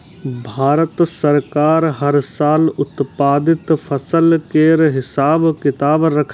भारत सरकार हर साल उत्पादित फसल केर हिसाब किताब राखै छै